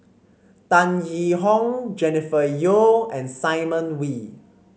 Tan Yee Hong Jennifer Yeo and Simon Wee